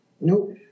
Nope